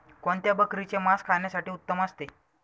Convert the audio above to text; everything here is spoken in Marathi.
कोणत्या बकरीचे मास खाण्यासाठी उत्तम असते?